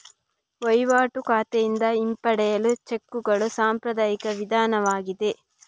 ವಹಿವಾಟು ಖಾತೆಯಿಂದ ಹಿಂಪಡೆಯಲು ಚೆಕ್ಕುಗಳು ಸಾಂಪ್ರದಾಯಿಕ ವಿಧಾನವಾಗಿದೆ